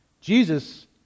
Jesus